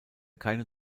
keine